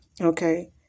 okay